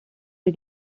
may